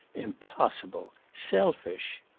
impossible! selfish!